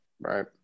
Right